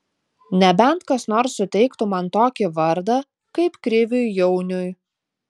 nebent kas nors suteiktų man tokį vardą kaip kriviui jauniui